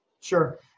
sure